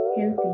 healthy